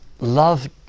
Love